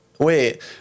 Wait